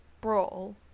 brawl